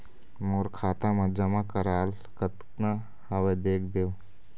मोर खाता मा जमा कराल कतना हवे देख देव?